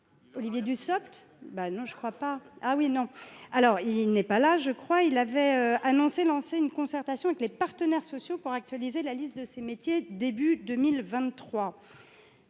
Olivier Dussopt – qui n’est pas là ce soir – avait annoncé lancer une concertation avec les partenaires sociaux pour actualiser la liste de ces métiers début 2023.